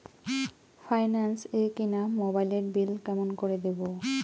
Finance এ কিনা মোবাইলের বিল কেমন করে দিবো?